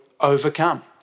overcome